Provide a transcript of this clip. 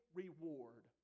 reward